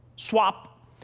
Swap